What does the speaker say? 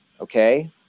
okay